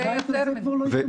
תהיה רציני.